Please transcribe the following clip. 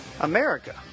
America